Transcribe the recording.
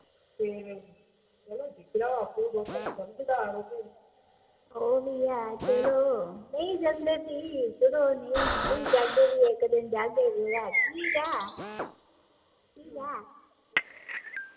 ओह् ते ऐ चलो नेईं जंदे भी नेईं जाह्गे भी इक्क दिन कुदै ठीक ऐ ठीक ऐ